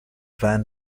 van